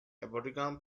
aboriginal